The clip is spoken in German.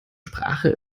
sprache